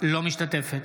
אינה משתתפת